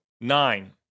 Nine